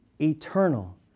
eternal